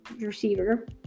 receiver